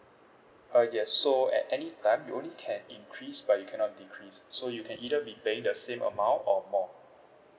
uh yes so at any time you only can increase but you cannot decrease so you can either be paying the same amount or more